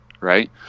Right